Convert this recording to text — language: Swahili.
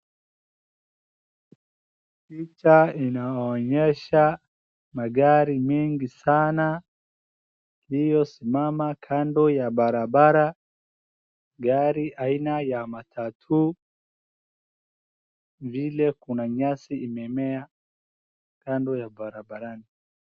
Picha inaonyesha magari mingi sana ,iliyosimama kando ya barabara. Gari haina ya matatuu vile kuna nyasi imemea kando ya barabarani.